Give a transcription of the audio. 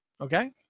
Okay